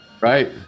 Right